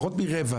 פחות מרבע.